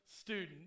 student